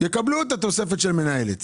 יקבלו את התוספת של המנהלת.